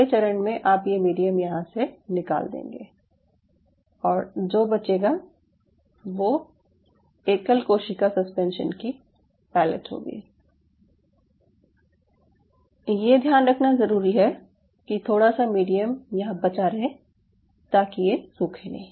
अगले चरण में आप ये मीडियम यहाँ से निकाल देंगे और जो बचेगा वो एकल कोशिका सस्पेंशन की पैलेट होगी ये ध्यान रखना ज़रूरी है कि थोड़ा सा मीडियम यहाँ बचा रहे ताकि ये सूखे नहीं